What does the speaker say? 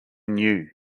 new